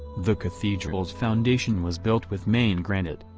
the cathedral's foundation was built with maine granite.